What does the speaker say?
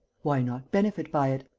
why not benefit by it?